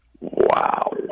Wow